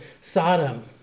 Sodom